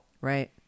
Right